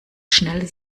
schnell